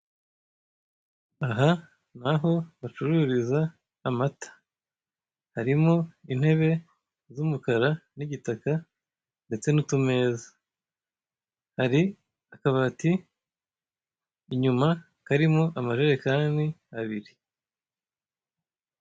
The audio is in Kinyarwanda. Aha ni aho bacururiza amata, harimo intebe z'umukara n'igitaka ndetse n'utumeza, hari akabati, inyuma karimo amajerekani abiri.